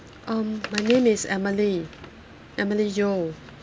um my name is emily emily yeo